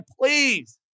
Please